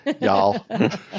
y'all